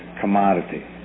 commodity